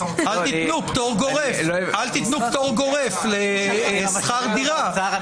אל תיתנו פטור גורף לשכר דירה,